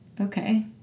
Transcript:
okay